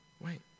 Wait